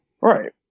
right